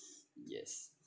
yes